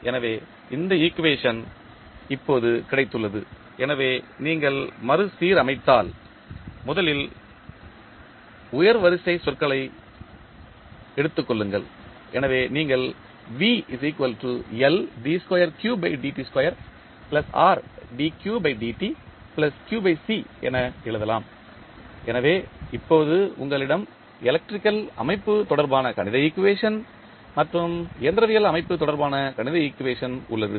எனவே இந்த ஈக்குவேஷன் இப்போது கிடைத்துள்ளது எனவே நீங்கள் மறுசீரமைத்தால் முதலில் உயர் வரிசை சொற்களை எடுத்துக் கொள்ளுங்கள் எனவே நீங்கள் என எழுதலாம் எனவே இப்போது உங்களிடம் எலக்ட்ரிகல் அமைப்பு தொடர்பான கணித ஈக்குவேஷன் மற்றும் இயந்திரவியல் அமைப்பு தொடர்பான கணித ஈக்குவேஷன் உள்ளது